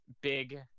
big